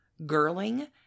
girling